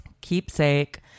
keepsake